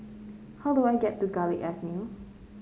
how do I get to Garlick Avenue